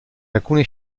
alcune